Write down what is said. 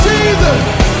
Jesus